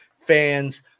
fans